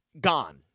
gone